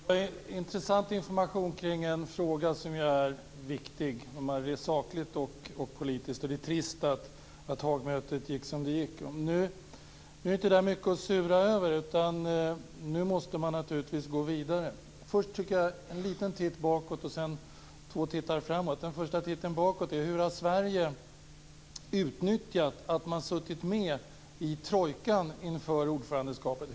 Fru talman! Det var intressant information kring en fråga som är viktig, både sakligt och politiskt. Det är trist att Haagmötet gick som det gick. Nu är det inte mycket att sura över, utan nu måste man gå vidare. Först gör jag en liten titt bakåt och sedan två tittar framåt. Först titten bakåt: Hur har Sverige utnyttjat att man har suttit med i trojkan inför ordförandeskapet?